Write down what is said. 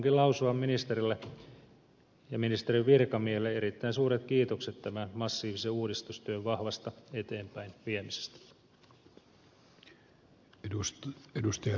haluankin lausua ministerille ja ministeriön virkamiehille erittäin suuret kiitokset tämän massiivisen uudistustyön vahvasta eteenpäin viemisestä